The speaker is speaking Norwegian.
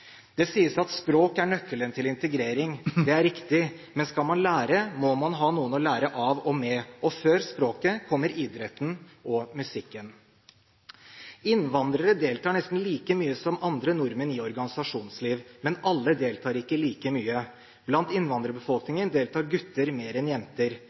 Det sies at språk er nøkkelen til integrering. Det er riktig. Men skal man lære, må man ha noen å lære av og med, og før språket kommer idretten og musikken. Innvandrere deltar nesten like mye som andre nordmenn i organisasjonsliv, men alle deltar ikke like mye. Blant innvandrerbefolkningen deltar gutter mer enn jenter.